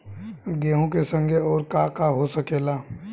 गेहूँ के संगे अउर का का हो सकेला?